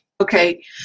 okay